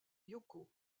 yoko